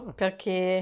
perché